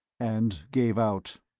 and gave out.